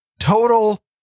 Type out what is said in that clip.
total